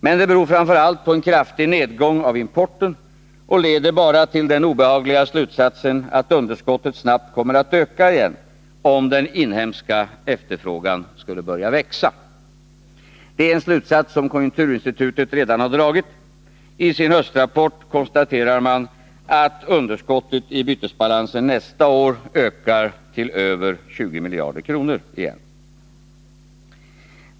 Men det beror framför allt på en kraftig nedgång av importen och leder bara till den obehagliga slutsatsen att underskottet snabbt kommer att öka igen om den inhemska efterfrågan skulle börja växa. Det är en slutsats som konjunkturinstitutet redan har dragit. I sin höstrapport konstaterar man att underskottet i bytesbalansen nästa år ökar till över 20 miljarder kronor.